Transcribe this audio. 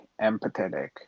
empathetic